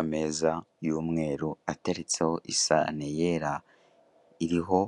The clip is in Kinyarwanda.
Ameza y'umweru ateretseho isahane yera, iriho